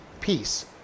peace